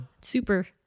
Super